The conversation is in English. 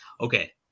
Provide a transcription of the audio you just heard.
okay